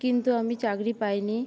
কিন্তু আমি চাকরি পাইনি